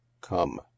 come